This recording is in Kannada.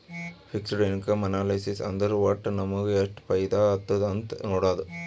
ಫಿಕ್ಸಡ್ ಇನ್ಕಮ್ ಅನಾಲಿಸಿಸ್ ಅಂದುರ್ ವಟ್ಟ್ ನಮುಗ ಎಷ್ಟ ಫೈದಾ ಆತ್ತುದ್ ಅಂತ್ ನೊಡಾದು